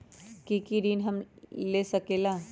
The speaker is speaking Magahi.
की की ऋण हम ले सकेला?